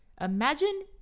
imagine